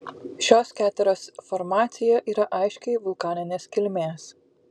šios keteros formacija yra aiškiai vulkaninės kilmės